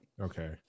Okay